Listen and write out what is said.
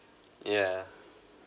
yeah